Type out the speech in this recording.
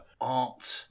art